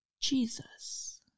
Jesus